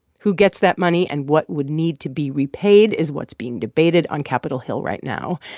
who gets that money and what would need to be repaid is what's being debated on capitol hill right now.